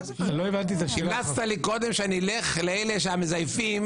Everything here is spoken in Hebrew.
המלצתי לי קודם ללכת לאלה שזייפו,